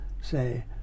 say